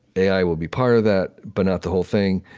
ai will be part of that, but not the whole thing.